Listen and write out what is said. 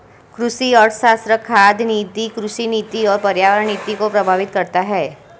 कृषि अर्थशास्त्र खाद्य नीति, कृषि नीति और पर्यावरण नीति को प्रभावित करता है